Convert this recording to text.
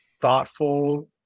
thoughtful